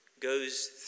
goes